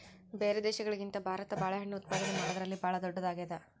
ಬ್ಯಾರೆ ದೇಶಗಳಿಗಿಂತ ಭಾರತ ಬಾಳೆಹಣ್ಣು ಉತ್ಪಾದನೆ ಮಾಡದ್ರಲ್ಲಿ ಭಾಳ್ ಧೊಡ್ಡದಾಗ್ಯಾದ